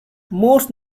most